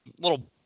little